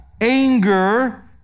anger